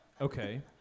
Okay